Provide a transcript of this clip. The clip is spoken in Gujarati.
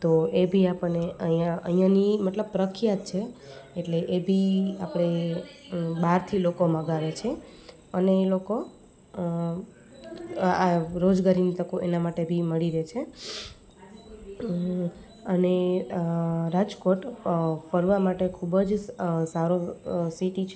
તો એબી આપણને અહીંયા અહીંયાની મતલબ પ્રખ્યાત છે એટલે એબી આપણે બહારથી લોકો મંગાવે છે અને એ લોકો આ રોજગારીની તકો એના માટે બી મળી રહે છે અને રાજકોટ ફરવા માટે ખૂબ જ સારું સિટી છે